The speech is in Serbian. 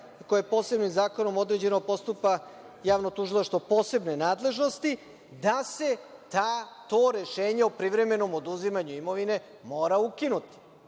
koja posebnim zakonom određeno postupa javno tužilaštvo posebne nadležnosti da se to rešenje o privremenom oduzimanju imovine mora ukinuti. Dakle,